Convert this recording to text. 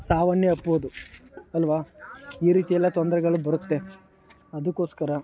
ಸಾವನ್ನೇ ಅಪ್ಬೋದು ಅಲ್ವ ಈ ರೀತಿಯೆಲ್ಲ ತೊಂದರೆಗಳು ಬರುತ್ತೆ ಅದಕ್ಕೋಸ್ಕರ